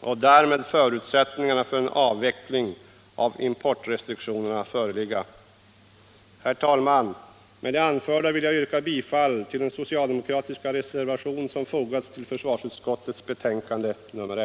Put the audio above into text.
och därmed förutsättningarna för en avveckling av importrestriktionerna föreligga. Herr talman! Med det anförda vill jag yrka bifall till den socialdemokratiska reservation som fogats till försvarsutskottets betänkande nr IE